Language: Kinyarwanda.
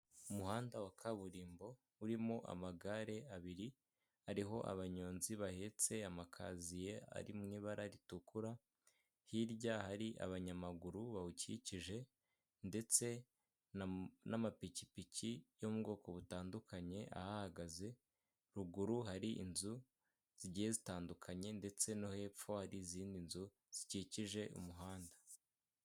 Iki ngiki ni ikigo cya emutiyene kidufasha kubijyanye no kuba baguha amayinite ugahamagara mugenzi wawe, cyangwa se ukamwandikira kuri murandasi bitewe n'icyo ushaka.